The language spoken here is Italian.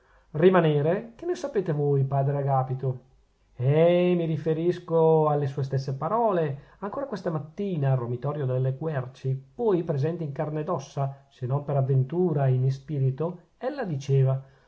rimanere rimanere che ne sapete voi padre agapito eh mi riferisco alle sue stesse parole ancora questa mattina al romitorio delle querci voi presente in carne ed ossa se non per avventura in ispirito ella diceva